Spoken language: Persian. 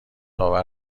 آور